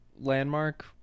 landmark